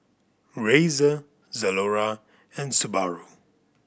Razer Zalora and Subaru